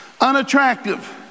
unattractive